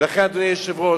ולכן, אדוני היושב-ראש,